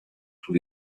tous